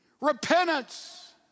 repentance